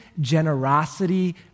generosity